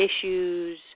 issues